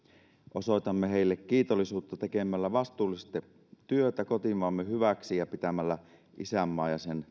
osoitamme heille kiitollisuutta tekemällä vastuullisesti työtä kotimaamme hyväksi ja pitämällä isänmaan ja sen